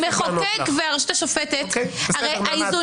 המחוקק והרשות השופטת --- בסדר, נעמה.